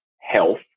health